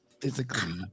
physically